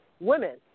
women